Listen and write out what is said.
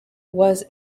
was